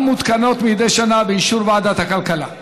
המותקנות מדי שנה באישור ועדת הכלכלה.